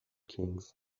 kings